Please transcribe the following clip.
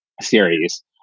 series